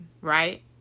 right